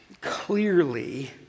Clearly